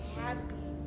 happy